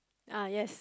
ah yes